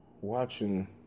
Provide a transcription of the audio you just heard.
watching